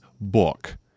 book